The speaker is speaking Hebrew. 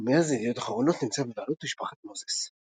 ומאז ידיעות אחרונות נמצא בבעלות משפחת מוזס.